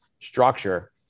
structure